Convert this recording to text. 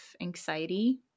anxiety